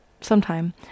sometime